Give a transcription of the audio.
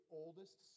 oldest